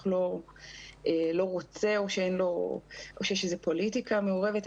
לא רוצה או שיש איזו פוליטיקה מעורבת,